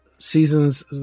Seasons